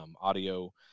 audio